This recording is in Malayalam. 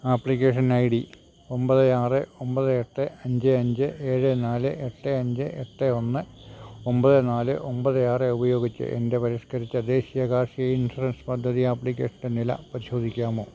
ആപ്ലിക്കേഷൻ ഐ ഡി ഒൻപത് ആറ് ഒൻപത് എട്ട് അഞ്ച് അഞ്ച് എഴ് നാല് എട്ട് അഞ്ച് എട്ട് ഒന്ന് ഒൻപത് നാല് ഒൻപത് ആറ് ഉപയോഗിച്ച് എൻ്റെ പരിഷ്കരിച്ച ദേശീയ കാർഷിക ഇൻഷുറൻസ് പദ്ധതി ആപ്ലിക്കേഷൻ്റെ നില പരിശോധിക്കാമോ